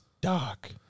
dark